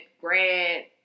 grad